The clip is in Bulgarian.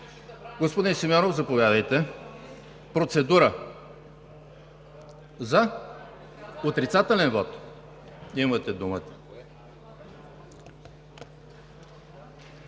Господин Симеонов, заповядайте – процедура за отрицателен вот, имате думата.